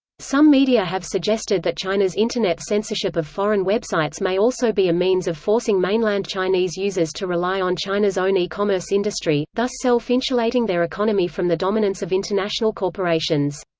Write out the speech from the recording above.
some media have suggested that china's internet censorship of foreign websites may also be a means of forcing mainland chinese users to rely on china's own e-commerce industry, thus self-insulating their economy from the dominance of international corporations.